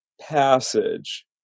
passage